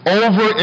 over